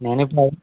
నేనే ఇప్పుడు